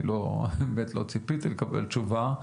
אני באמת לא ציפיתי לקבל תשובה,